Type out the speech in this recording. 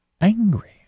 angry